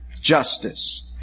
justice